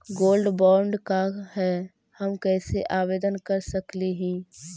Gold bond का है, हम कैसे आवेदन कर सकली ही?